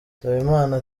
nsabimana